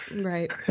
Right